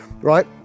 Right